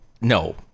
No